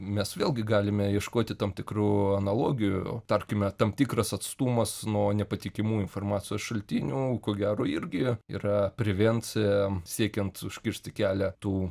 mes vėlgi galime ieškoti tam tikrų analogijų tarkime tam tikras atstumas nuo nepatikimų informacijos šaltinių ko gero irgi yra prevencija siekiant užkirsti kelią tų